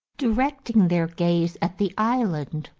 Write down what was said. directing their gaze at the island,